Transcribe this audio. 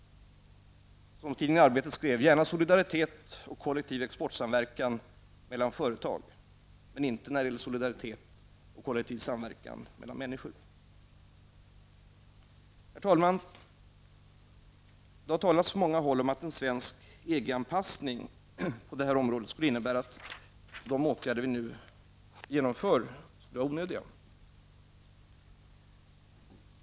Tidningen Arbetet skrev: Gärna solidaritet och kollektiv exportsamverkan mellan företag men inte solidaritet och kollektiv samverkan mellan människor. Herr talman! Det har på många håll talats om att en svensk EG-anpassning på detta område skulle innebära att de åtgärder som vi nu vidtar är onödiga.